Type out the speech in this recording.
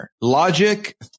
Logic